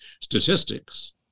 statistics